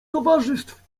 towarzystw